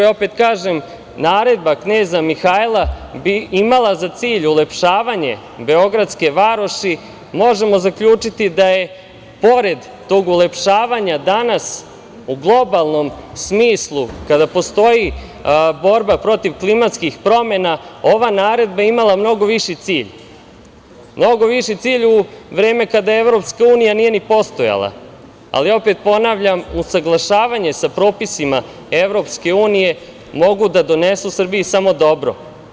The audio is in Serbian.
Ja opet kažem, naredba kneza Mihajla bi imala za cilj ulepšavanje beogradske varoši, možemo zaključiti da je pored tog ulepšavanja danas u globalnom smislu kada postoji borba protiv klimatskih promena, ova naredba imala mnogo viši cilj, mnogo višu cilj u vreme kada je EU nije ni postojala, ali opet ponavljam, usaglašavanje sa propisima EU mogu da donesu Srbiji samo dobro.